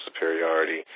superiority